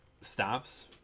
stops